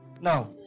Now